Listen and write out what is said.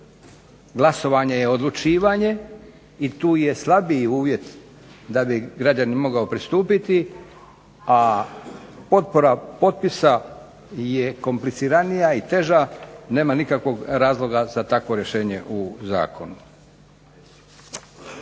Glasovanje je odlučivanje i tu je slabiji uvjet da bi građanin mogao pristupiti a potpora potpisa je kompliciranija i teža nema nikakvog razloga za takvo rješenje u zakonu.